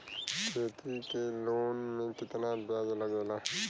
खेती के लोन में कितना ब्याज लगेला?